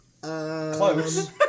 Close